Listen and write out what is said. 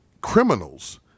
criminals